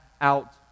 out